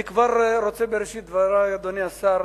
אני רוצה כבר בראשית דברי, אדוני השר,